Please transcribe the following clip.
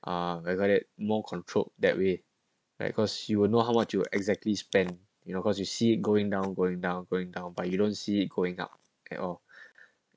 ah I got it more control that way like cause she will know how much you exactly spend you know cause you see going down going down going down but you don't see it going up at all